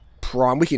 prime